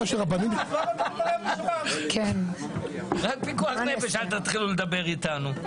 על פיקוח נפש אל תתחילו לדבר איתנו.